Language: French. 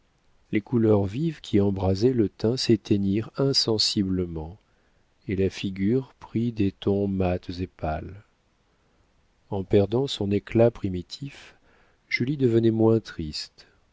les couleurs vives qui embrasaient le teint s'éteignirent insensiblement et la figure prit des tons mats et pâles en perdant son éclat primitif julie devenait moins triste